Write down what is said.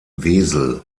wesel